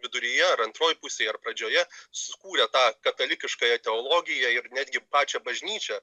viduryje ar antroj pusėj ar pradžioje sukūrė tą katalikiškąją teologiją ir netgi pačią bažnyčią